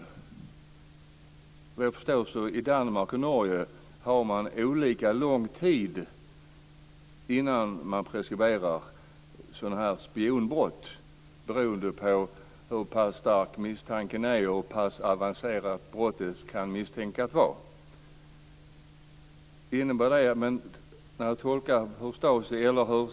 Såvitt jag förstår har man i Danmark och Norge olika långa preskriptionstider för spionbrott beroende på hur stark misstanken är och hur avancerat brottet kan misstänkas vara.